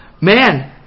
man